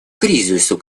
кризису